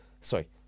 Sorry